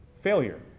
failure